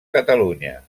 catalunya